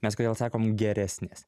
mes kodėl sakom geresnės